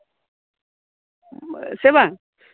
ᱥᱮ ᱵᱟᱝ